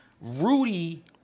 Rudy